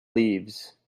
leaves